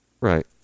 Right